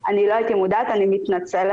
אני לא הייתי מודעת, אני מתנצלת.